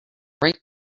right